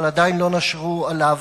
אבל עדיין לא נשרו עליו.